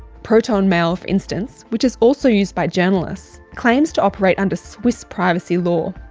protonmail for instance, which is also used by journalists, claims to operate under swiss privacy law.